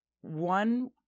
One